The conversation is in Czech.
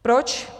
Proč?